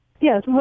yes